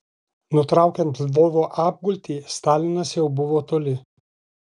nutraukiant lvovo apgultį stalinas jau buvo toli